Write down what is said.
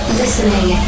listening